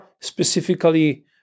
specifically